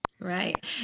Right